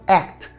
act